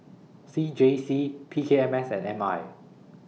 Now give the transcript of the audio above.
C J C P K M S and M I